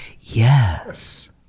Yes